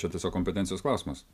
čia tiesiog kompetencijos klausimas